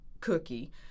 cookie